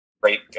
Great